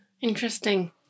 Interesting